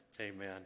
Amen